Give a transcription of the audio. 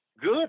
good